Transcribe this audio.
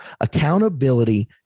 Accountability